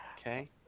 Okay